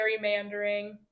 gerrymandering